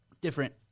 different